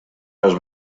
los